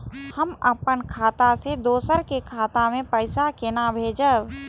हम अपन खाता से दोसर के खाता मे पैसा के भेजब?